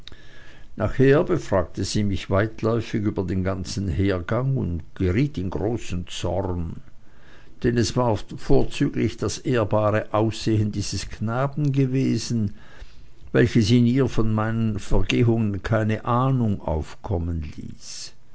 nachher befragte sie mich weitläufig über den ganzen hergang und geriet in großen zorn denn es war vorzüglich das ehrbare aussehen dieses knaben gewesen welches in ihr von meinen vergehungen keine ahnung aufkommen ließ